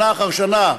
שנה אחר שנה,